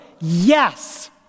yes